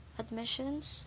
admissions